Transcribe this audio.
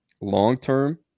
long-term